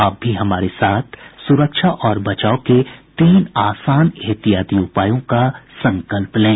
आप भी हमारे साथ सुरक्षा और बचाव के तीन आसान एहतियाती उपायों का संकल्प लें